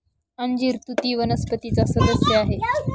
अंजीर तुती वनस्पतीचा सदस्य आहे